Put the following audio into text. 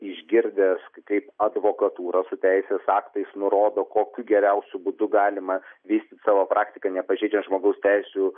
išgirdęs kaip advokatūra su teisės aktais nurodo kokiu geriausiu būdu galima vystyti savo praktiką nepažeidžiant žmogaus teisių